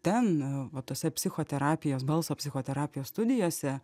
ten va tose psichoterapijos balso psichoterapijos studijose